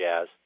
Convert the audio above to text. jazz